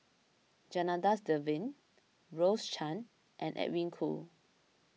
Janadas Devan Rose Chan and Edwin Koo